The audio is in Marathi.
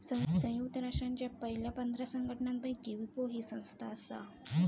संयुक्त राष्ट्रांच्या पयल्या पंधरा संघटनांपैकी विपो ही संस्था आसा